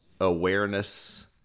awareness